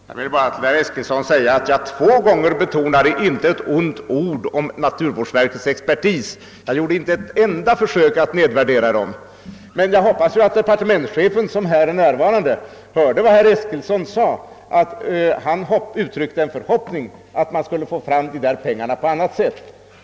Herr talman! Jag vill till herr Eskilsson säga att jag två gånger deklarerade: Inte ett ont ord om naturvårdsverkets expertis. Jag gjorde inte ett enda försök att nedvärdera den. Men jag hoppas att departementschefen, som ju är närvarande här, hörde vad herr Eskilsson sade när han uttryckte förhoppningen att dessa pengar skall kunna anskaffas på annat sätt.